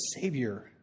Savior